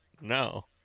no